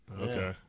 Okay